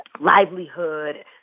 livelihood